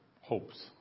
hopes